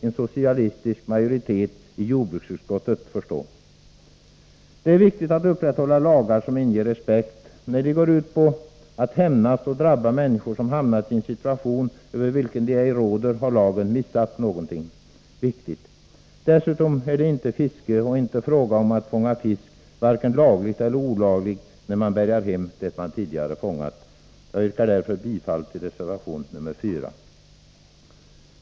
en socialistisk majoritet i jordbruksutskottet förstå. Det är viktigt att vi upprätthåller lagar som inger respekt. När lagarna går ut på att hämnas och drabba människor som hamnat i en situation över vilken de ej råder, har lagarna missat någonting viktigt. Dessutom är det inte fiske och inte fråga om att fånga fisk, varken lagligt eller olagligt, när man bärgar hem det man tidigare har fångat. Jag yrkar därför bifall till reservation nr 4.